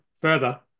further